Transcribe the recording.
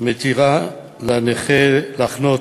מתירה לנכה להחנות